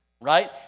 right